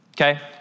okay